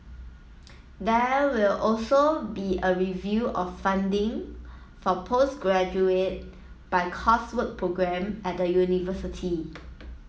there will also be a review of funding for postgraduate by coursework programme at the university